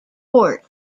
court